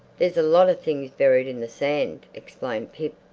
there's lots of things buried in the sand, explained pip.